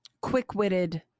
quick-witted